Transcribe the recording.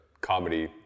comedy